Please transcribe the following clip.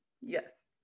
Yes